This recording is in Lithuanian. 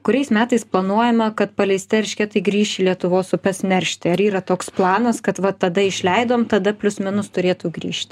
kuriais metais planuojama kad paleisti eršketai grįš į lietuvos upes neršti ar yra toks planas kad vat tada išleidom tada plius minus turėtų grįžti